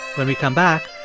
when we come back,